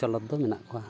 ᱪᱚᱞᱚᱛ ᱫᱚ ᱢᱮᱱᱟᱜ ᱠᱚᱣᱟ